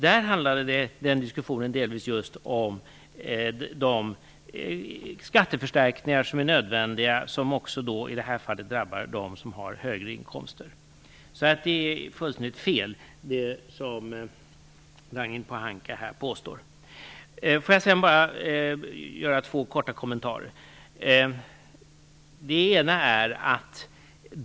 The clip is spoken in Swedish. Den handlade delvis om de skatteförstärkningar som är nödvändiga och som också, i det fallet, drabbar dem som har högre inkomster. Så det som Ragnhild Pohanka här påstår är fullständigt fel. Jag har också några andra kommentarer.